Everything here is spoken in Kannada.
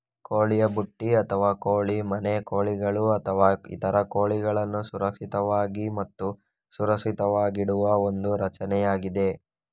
ಕೋಳಿಯ ಬುಟ್ಟಿ ಅಥವಾ ಕೋಳಿ ಮನೆ ಕೋಳಿಗಳು ಅಥವಾ ಇತರ ಕೋಳಿಗಳನ್ನು ಸುರಕ್ಷಿತವಾಗಿ ಮತ್ತು ಸುರಕ್ಷಿತವಾಗಿಡುವ ಒಂದು ರಚನೆಯಾಗಿದೆ